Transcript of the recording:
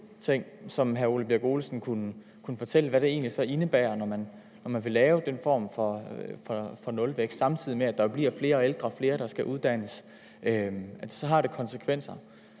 ting, og om hr. Ole Birk Olesen kunne fortælle, hvad det så egentlig indebærer. Når man vil lave den form for nulvækst, samtidig med at der bliver flere ældre og flere, der skal uddannes, så har det konsekvenser